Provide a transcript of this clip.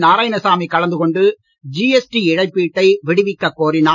நாராயணசாமி கலந்துகொண்டு ஜிஎஸ்டி இழப்பீட்டை விடுவிக்கக் கோரினார்